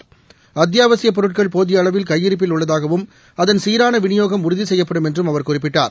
போதியஅளவில் அத்தியாவசியப் பொருட்கள் கையிருப்பில் உள்ளதாகவும் அதன் சீரானவிநியோகம் உறுதிசெய்யப்படும் என்றும் அவர் குறிப்பிட்டார்